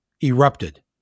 erupted